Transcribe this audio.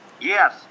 Yes